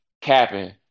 capping